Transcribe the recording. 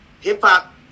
hip-hop